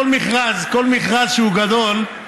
כל מכרז שהוא גדול,